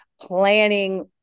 planning